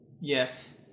Yes